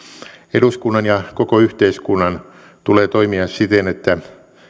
eduskunnan ja koko yhteiskunnan tulee toimia siten että